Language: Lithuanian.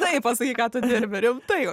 tai pasakyk ką tu dirbi rimtai